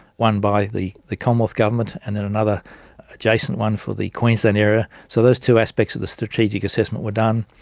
one by the the commonwealth government and then another adjacent one for the queensland area. so those two aspects of the strategic assessment were done.